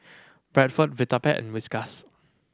Bradford Vitapet and Whiskas